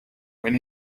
when